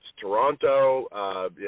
Toronto